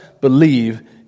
believe